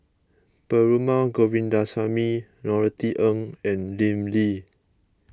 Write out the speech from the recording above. Perumal Govindaswamy Norothy Ng and Lim Lee